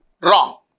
wrong